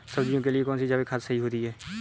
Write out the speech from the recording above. सब्जियों के लिए कौन सी जैविक खाद सही होती है?